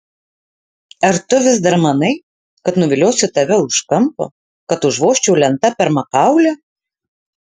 ar tu vis dar manai kad nuviliosiu tave už kampo kad užvožčiau lenta per makaulę